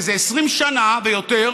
זה איזה 20 שנה ויותר,